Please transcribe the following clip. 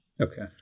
Okay